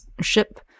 ship